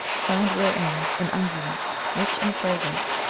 found therein an unguent, rich and fragrant,